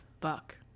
fuck